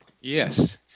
Yes